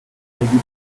virgule